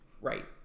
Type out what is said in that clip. Right